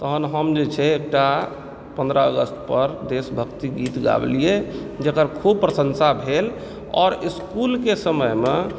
तखन हम जे छै एकटा पन्द्रह अगस्त पर देशभक्ति गीत गाबलिए जेकर खूब प्रशंसा भेल आओर इसकुल के समय मे